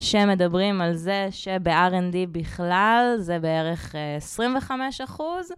שמדברים על זה שב-R&D בכלל זה בערך 25 אחוז.